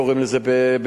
קוראים לזה בספרדית.